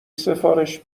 سفارش